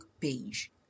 page